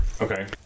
Okay